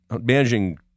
managing